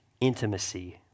intimacy